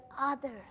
others